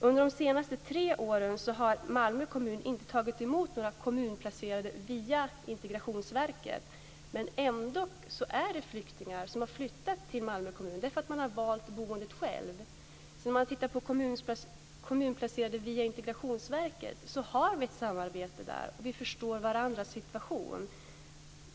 Under de senaste tre åren har Malmö kommun inte tagit emot kommunplacerade via Integrationsverket. Ändå finns det flyktingar som har flyttat till Malmö kommun. De har valt boendeort själva. Det finns ett samarbete med Integrationsverket för kommunplaceringar. Vi förstår varandras situation.